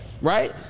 right